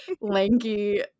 lanky